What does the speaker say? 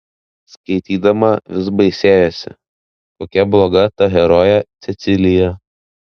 skaitydama vis baisėjosi kokia bloga ta herojė cecilija